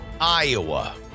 Iowa